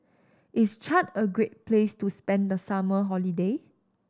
is Chad a great place to spend the summer holiday